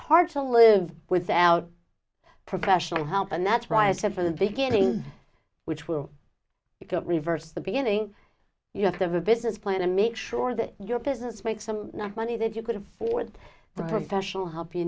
hard to live without professional help and that's why i said from the beginning which will it be reverse the beginning you have to have a business plan and make sure that your business makes some money that you could afford